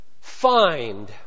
find